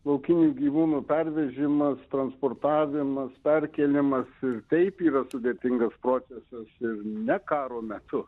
laukinių gyvūnų pervežimas transportavimas perkėlimas ir taip yra sudėtingas procesas ir ne karo metu